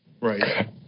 Right